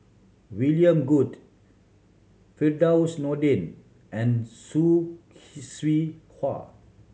William Goode Firdaus Nordin and Hwa